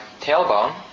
tailbone